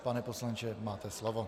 Pane poslanče, máte slovo.